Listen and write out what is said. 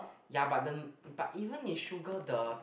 ya but the but even with sugar the